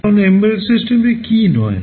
এখন এমবেডেড সিস্টেমটি কী নয়